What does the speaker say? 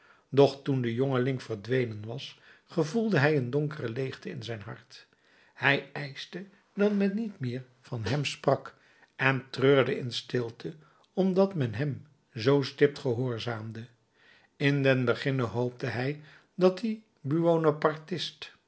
toen de jongeling verdwenen was gevoelde hij een donkere leegte in zijn hart hij eischte dat men niet meer van hem sprak en treurde in stilte omdat men hem zoo stipt gehoorzaamde in den beginne hoopte hij dat die